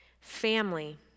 family